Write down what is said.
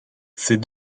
ces